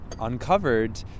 uncovered